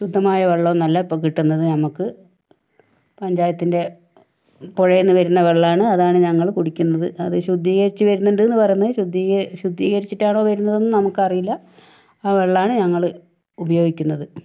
ശുദ്ധമായ വെള്ളം ഒന്നുമല്ല ഇപ്പൊൾ കിട്ടുന്നത് നമുക്ക് പഞ്ചായത്തിന്റെ പുഴയിൽ നിന്ന് വരുന്ന വെള്ളമാണ് അതാണ് ഞങ്ങൾ കുടിക്കുന്നത് അത് ശുദ്ധീകരിച്ച് വരുന്നുണ്ട് എന്ന് പറയുന്നു ശുദ്ധി ശുദ്ധീകരിച്ചിട്ടാണോ വരുന്ന് എന്നൊന്നും നമുക്കറിയില്ല ആ വെള്ളമാണ് ഞങ്ങൾ ഉപയോഗിക്കുന്നത്